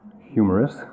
humorous